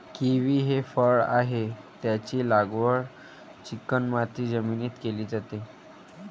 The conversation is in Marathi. किवी हे फळ आहे, त्याची लागवड चिकणमाती जमिनीत केली जाते